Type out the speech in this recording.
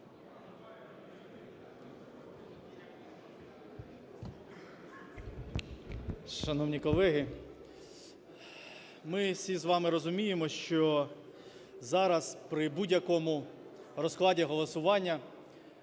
Шановні колеги, ми всі з вами розуміємо, що зараз, при будь-якому розкладі голосування,